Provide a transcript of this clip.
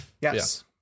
Yes